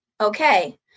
Okay